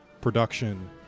production